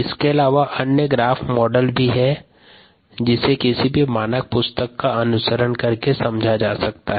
इसके अलावा अन्य ग्राफ मॉडल है जिसे किसी भी मानक पुस्तक का अनुसरण कर समझा जा सकता है